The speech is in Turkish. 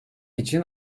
için